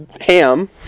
ham